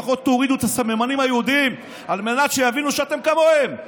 לפחות תורידו את הסממנים היהודיים על מנת שיבינו שאתם כמוהם.